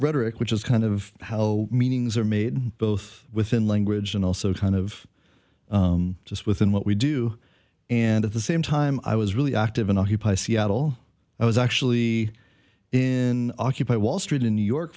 rhetoric which is kind of how meanings are made both within language and also kind of just within what we do and at the same time i was really active in occupy seattle i was actually in occupy wall street in new york